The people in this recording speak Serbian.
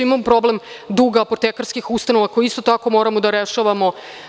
Imamo problem duga apotekarskih ustanova koje, isto tako, moramo da rešavamo.